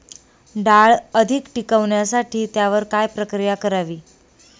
डाळ अधिक टिकवण्यासाठी त्यावर काय प्रक्रिया करावी?